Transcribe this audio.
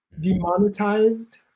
demonetized